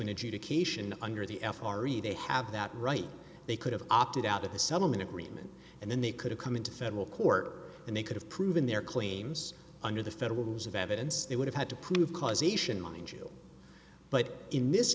adjudication under the f r e e they have that right they could have opted out of the settlement agreement and then they could come into federal court and they could have proven their claims under the federal rules of evidence they would have had to prove causation mind you but in this